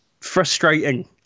frustrating